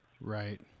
right